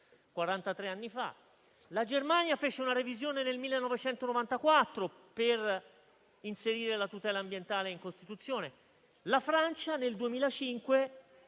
anni fa; la Germania fece una revisione nel 1994 per inserire la tutela ambientale in Costituzione; la Francia nel 2005